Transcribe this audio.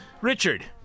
richard